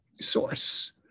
source